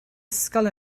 ysgol